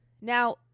Now